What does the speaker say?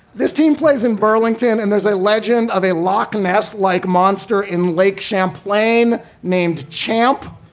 this team plays in burlington and there's a legend of a loch ness like monster in lake champlain named champ,